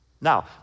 Now